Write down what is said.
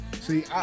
See